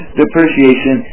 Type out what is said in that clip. depreciation